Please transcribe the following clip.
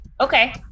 Okay